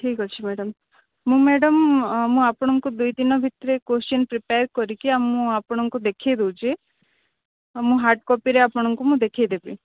ଠିକ୍ ଅଛି ମ୍ୟାଡ଼ାମ୍ ମୁଁ ମ୍ୟାଡ଼ାମ୍ ଆପଣଙ୍କୁ ଦୁଇଦିନ ଭିତରେ କୋଶ୍ଚିନ୍ ପ୍ରିପ୍ୟାର୍ କରିକି ମୁଁ ଆପଣଙ୍କୁ ଦେଖାଇ ଦେଉଛି ମୁଁ ହାର୍ଡ଼୍ କପିରେ ଆପଣଙ୍କୁ ମୁଁ ଦେଖାଇ ଦେବି